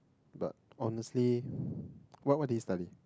but honestly what what did he study